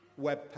webpage